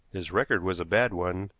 his record was a bad one,